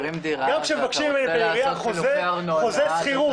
כשמבקשים ממני בעירייה חוזה שכירות,